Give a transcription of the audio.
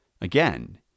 Again